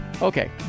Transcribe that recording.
Okay